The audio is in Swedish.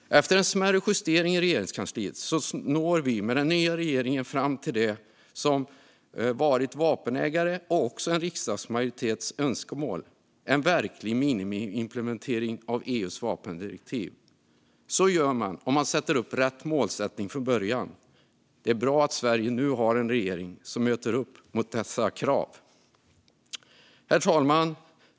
Efter en smärre justering i Regeringskansliet når vi med den nya regeringen fram till det som varit vapenägares och också en riksdagsmajoritets önskemål, nämligen en verklig minimiimplementering av EU:s vapendirektiv. Så gör man om man sätter upp rätt målsättning från början. Det är bra att Sverige nu har en regering som möter upp mot detta krav. Herr talman!